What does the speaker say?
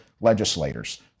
legislators